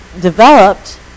developed